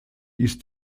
ist